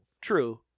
True